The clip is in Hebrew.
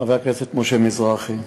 חבר הכנסת משה מזרחי,